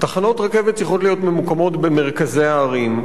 תחנות רכבת צריכות להיות ממוקמות במרכזי הערים.